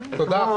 בסדר?